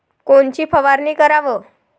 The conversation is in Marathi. कोनची फवारणी कराव?